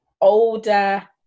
older